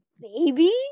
baby